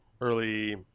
early